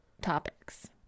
topics